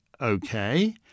Okay